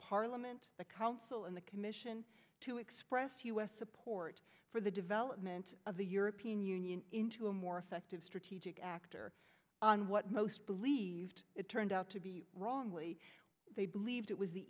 parliament the council and the commission to express u s support for the development of the european union into a more effective strategic actor on what most believed it turned out to be wrongly they believed it was the